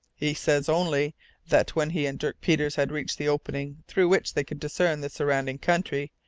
he says only that, when he and dirk peters had reached the opening through which they could discern the surrounding country,